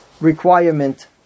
requirement